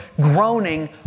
groaning